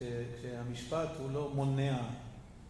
כשהמשפט הוא לא מונע.